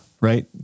right